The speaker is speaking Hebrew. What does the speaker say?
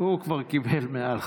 הוא כבר קיבל מעל.